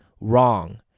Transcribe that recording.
wrong